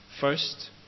First